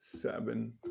Seven